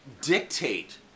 dictate